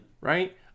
Right